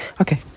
Okay